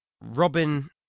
Robin